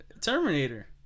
Terminator